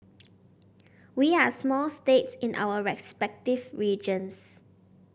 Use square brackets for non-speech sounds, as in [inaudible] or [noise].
[noise] we are small states in our respective regions